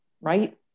right